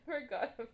forgot